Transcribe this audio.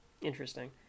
Interesting